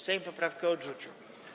Sejm poprawkę odrzucił.